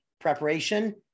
preparation